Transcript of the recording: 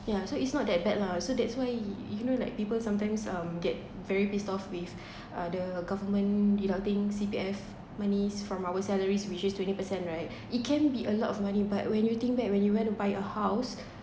yeah so it's not that bad lah so that's why you know like people sometimes um get very pissed off with uh the government deducting C_P_F money from our salaries which is twenty percent right it can be a lot of money but when you think back when you want to buy a house